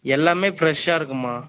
எல்லாமே ஃப்ரெஷ்ஷாக இருக்கும்மா